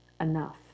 enough